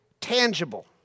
tangible